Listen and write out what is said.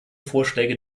vorschläge